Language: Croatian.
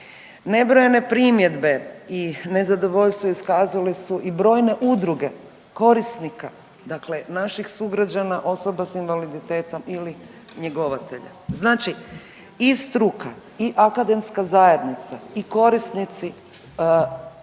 Nebrojene primjedbe i nezadovoljstvo iskazale su i brojne udruge korisnika, dakle naših sugrađana, osoba s invaliditetom ili njegovatelja. Znači i struka i akademska zajednica i korisnici